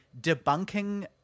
debunking